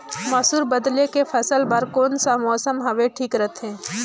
मसुर बदले के फसल बार कोन सा मौसम हवे ठीक रथे?